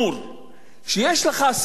כשיש לך סיכון חמור,